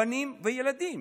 בנים וילדים.